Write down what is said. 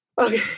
okay